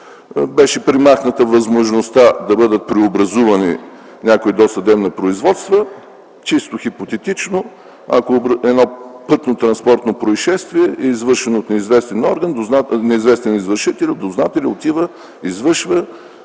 беше премахната възможността да бъдат преобразувани някои досъдебни производства. Чисто хипотетично, ако едно пътно-транспортно произшествие е извършено от неизвестен извършител, дознателят отива, извършва,